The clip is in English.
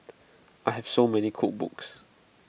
I have so many cookbooks